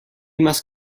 must